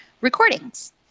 recordings